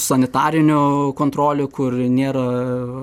sanitarinių kontrolių kur nėra